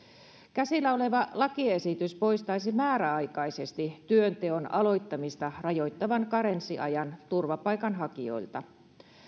käsillä oleva lakiesitys poistaisi määräaikaisesti työnteon aloittamista rajoittavan karenssiajan turvapaikanhakijoilta